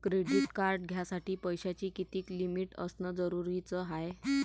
Credit card घ्यासाठी पैशाची कितीक लिमिट असनं जरुरीच हाय?